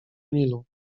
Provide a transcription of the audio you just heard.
nilu